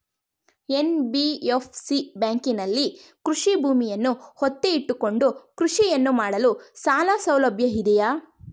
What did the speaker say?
NBFC ಬ್ಯಾಂಕಿನಲ್ಲಿ ಕೃಷಿ ಭೂಮಿಯನ್ನು ಒತ್ತೆ ಇಟ್ಟುಕೊಂಡು ಕೃಷಿಯನ್ನು ಮಾಡಲು ಸಾಲಸೌಲಭ್ಯ ಇದೆಯಾ?